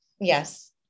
Yes